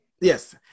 Yes